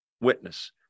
witness